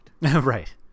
right